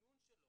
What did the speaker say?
התִקנון שלו,